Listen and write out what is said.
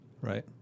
Right